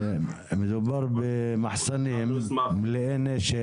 מדובר במחסנים, מלאי נשק.